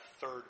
third